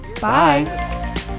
bye